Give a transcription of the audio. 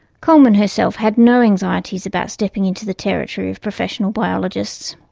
coleman herself had no anxieties about stepping into the territory of professional biologists.